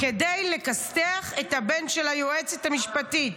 כדי לכסת"ח את הבן של היועצת המשפטית.